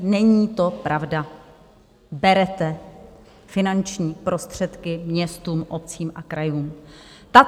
Není to pravda, berete finanční prostředky městům, obcím a krajům.